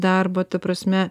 darbo ta prasme